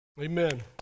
Amen